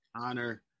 honor